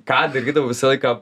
ką darydavau visą laiką